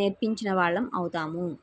నేర్పించిన వాళ్ళం అవుదాము